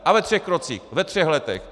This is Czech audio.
A ve třech krocích, ve třech letech.